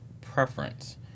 preference